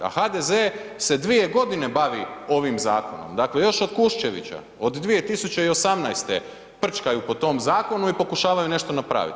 A HDZ se 2 godine bavi ovim zakonom, dakle još od Kuščevića, od 2018. prčkaju po tom zakonu i pokušavaju nešto napraviti.